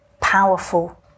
powerful